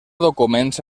documents